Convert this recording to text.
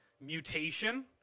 mutation